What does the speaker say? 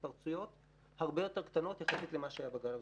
וההתפרצויות הן הרבה יותר קטנות יחסית למה שהיה בגל הראשון.